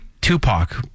Tupac